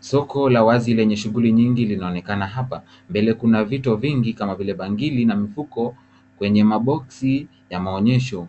Soko la wazi lenye shughuli nyingi linaonekana hapa. Mbele kuna vitu vingi kama vile bangili na mfuko kwenye maboksi ya maonyesho.